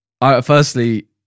Firstly